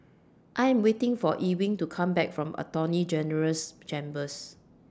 I Am waiting For Ewing to Come Back from Attorney General's Chambers